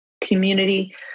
community